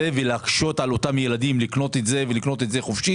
ולהקשות על אותם ילדים לקנות את זה חופשי.